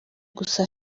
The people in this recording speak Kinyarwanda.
gusa